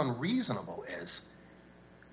reasonable is